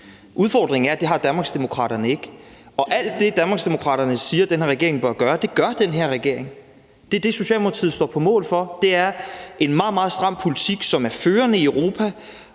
Udfordringen er, at det har Danmarksdemokraterne ikke, og alt det, Danmarksdemokraterne siger at den her regering bør gøre, gør den her regering. Det er det, Socialdemokratiet står på mål for. Det er en meget, meget stram politik, som er førende i Europa,